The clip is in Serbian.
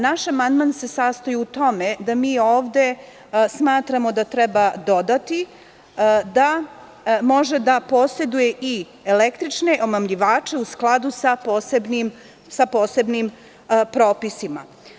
Naš amandman se sastoji u tome da mi ovde smatramo da treba dodati - da može da poseduje i električne omamljivače u skladu sa posebnim propisima.